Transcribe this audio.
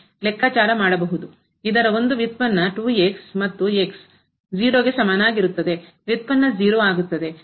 ಇದರ ಒಂದು ವ್ಯುತ್ಪನ್ನ ಮತ್ತು 0 ಗೆ ಸಮನಾಗಿರುತ್ತದೆ ವ್ಯುತ್ಪನ್ನ 0 ಆಗುತ್ತದೆ